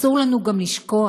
אסור לנו גם לשכוח